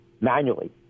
manually